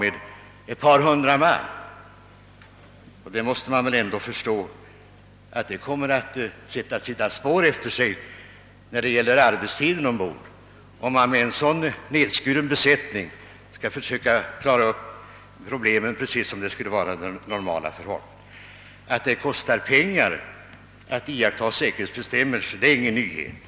Man måste förstå att det kommer att sätta spår efter sig i fråga om arbetstiden ombord, om man med en så hårt nedskuren besättning skall försöka klara av problemen precis som om förhållandena vore normala. Att det kostar pengar att iaktta säkerhetsbestämmelser är ingen nyhet.